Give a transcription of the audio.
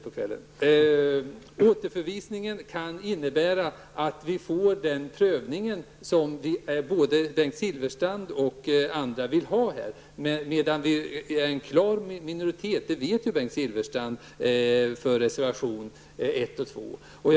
Återförvisningen kan innebära att vi får den prövning som både Bengt Silfverstrand och andra vill ha, medan det är en klar minoritet för reservationerna 1 och 2 -- det vet ju Bengt Silfverstrand.